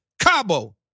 Cabo